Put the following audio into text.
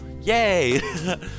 yay